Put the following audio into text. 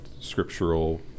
scriptural